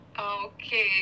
Okay